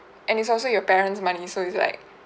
and it's also your parents' money so it's like